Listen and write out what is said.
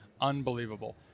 unbelievable